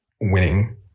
Winning